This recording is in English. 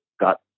got